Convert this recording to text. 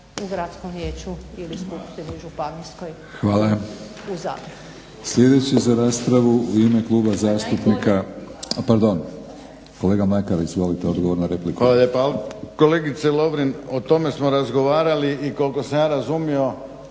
Hvala. Sljedeći za raspravu u ime kluba zastupnika, pardon. Kolega Mlakar, izvolite odgovor na repliku. **Mlakar, Davorin (HDZ)** Hvala lijepa. Ali kolegice Lovrin o tome smo razgovarali i koliko sam ja razumio